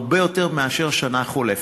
הרבה יותר מאשר בשנה החולפת.